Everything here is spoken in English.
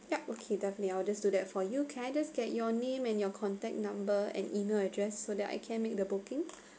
yup okay definitely I will just do that for you can I just get your name and your contact number and email address so that I can make the booking